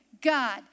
God